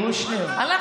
מתי?